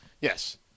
Yes